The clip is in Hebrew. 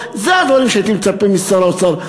אלה הדברים שהייתי מצפה משר האוצר,